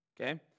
Okay